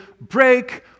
Break